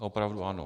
Opravdu ano.